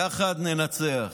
יחד ננצח.